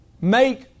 make